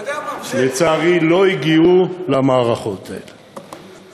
לצערי לא הגיעו למערכות האלה.